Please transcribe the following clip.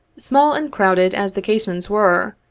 small and crowded as the casemates were,